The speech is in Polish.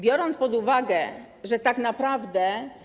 Biorąc pod uwagę, że tak naprawdę.